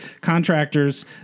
contractors